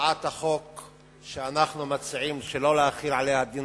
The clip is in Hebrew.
להצעת החוק שאנחנו מציעים שלא להחיל עליה דין